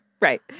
right